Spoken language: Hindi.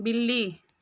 बिल्ली